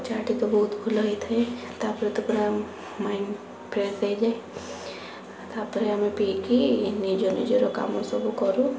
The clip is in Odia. ଆଉ ଚା ଟା ତ ବହୁତ ଭଲ ହୋଇଥାଏ ତାପରେ ତ ପୁରା ମାଇନ୍ଡ ଫ୍ରେସ ହୋଇଯାଏ ତା ପରେ ଆମେ ପିକି ନିଜ ନିଜର କାମ ସବୁ କରୁ